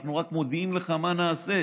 אנחנו רק מודיעים לך מה נעשה.